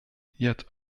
yet